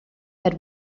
had